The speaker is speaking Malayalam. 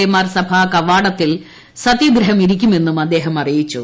എ മാർ സഭാകവാടത്തിൽ സത്യാഗ്രഹം ഇരിക്കുമെന്നും അദ്ദേഹം അറിയിച്ചു